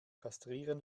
kastrieren